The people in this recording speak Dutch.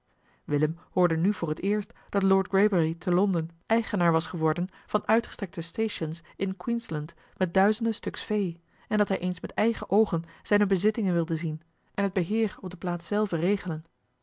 willem hoorde nu voor het eerst dat lord greybury te londen eigenaar was geworden van uitgestrekte stations in queensland met duizenden stuks vee en dat hij eens met eigen oogen zijne bezittingen wilde zien en het beheer op de plaats zelve regelen